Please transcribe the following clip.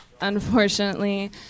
unfortunately